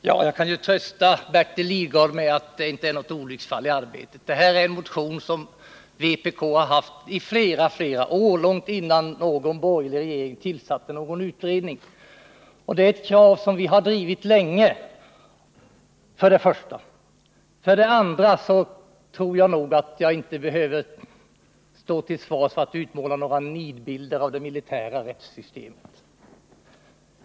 Herr talman! För det första kan jag trösta Bertil Lidgard med att det inte rör sig om något olycksfall i arbetet. Det här är ett motionsförslag som vpk fört fram under flera år, långt innan någon borgerlig regering tillsatte någon utredning. Det gäller krav som vi drivit länge. För det andra tror jag att jag inte behöver stå till svars för att jag skulle ha utmålat några nidbilder av det militära rättssystemet.